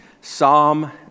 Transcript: Psalm